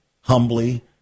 humbly